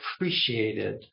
appreciated